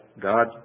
God